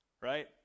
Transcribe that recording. right